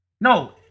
No